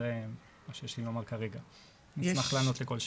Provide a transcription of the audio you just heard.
נשמח לענות לכל שאלות.